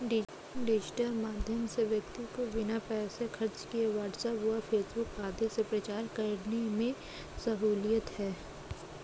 digital माध्यम से व्यक्ति को बिना पैसे खर्च किए व्हाट्सएप व फेसबुक आदि से प्रचार करने में सहूलियत है